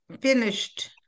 finished